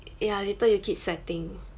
ya later you keep sweating